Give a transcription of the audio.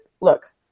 look